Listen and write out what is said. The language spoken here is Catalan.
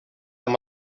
amb